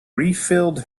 refilled